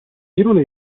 girone